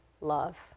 love